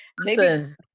Listen